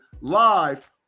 live